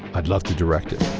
i'd love to direct it